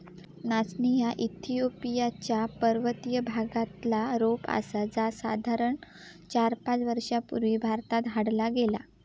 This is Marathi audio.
नाचणी ह्या इथिओपिया च्या पर्वतीय भागातला रोप आसा जा साधारण चार हजार वर्षां पूर्वी भारतात हाडला गेला